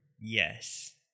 Yes